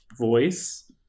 voice